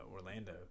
Orlando